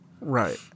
right